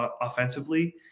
offensively